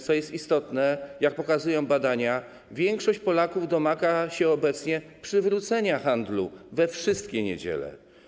Co istotne, jak pokazują badania, większość Polaków domaga się obecnie przywrócenia handlu we wszystkie niedziele.